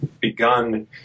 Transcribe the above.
begun